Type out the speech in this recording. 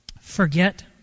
forget